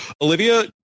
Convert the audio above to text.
Olivia